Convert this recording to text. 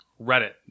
Reddit